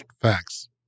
Facts